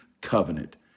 covenant